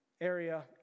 area